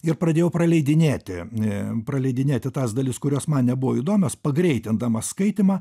ir pradėjau praleidinėti praleidinėti tas dalis kurios man nebuvo įdomios pagreitindamas skaitymą